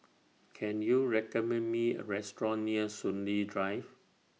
Can YOU recommend Me A Restaurant near Soon Lee Drive